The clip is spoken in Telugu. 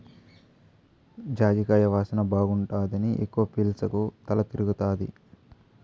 జాజికాయ వాసన బాగుండాదని ఎక్కవ పీల్సకు తల తిరగతాది